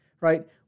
right